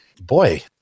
Boy